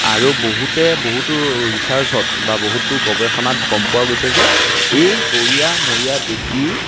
আৰু বহুতে বহুতো ৰিচাৰ্চত বা বহুতো গৱেষণাত গম পোৱা গৈছে যে এই গৰীয়া মৰীয়া দেশীৰ